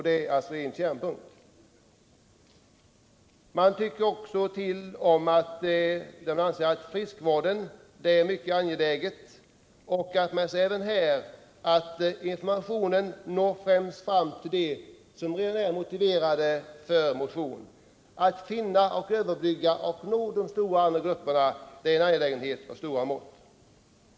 Det sista är en kärnpunkt. Man anger också att friskvården är mycket angelägen. Man säger att även här når informationen främst dem som redan är motiverade för motion. Att finna och överbrygga hindren och nå de stora andra grupperna är en angelägenhet av stora mått.